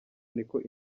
niko